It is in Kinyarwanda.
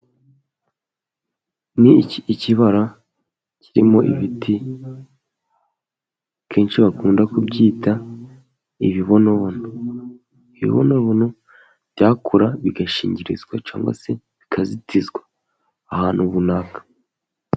Ni ikibara kirimo ibiti, kenshi bakunda kubyita ibibonobono. Ibibonobono, byakura bigashingirizwa cyangwa se bikazitizwa ahantu runaka.